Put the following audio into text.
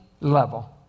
level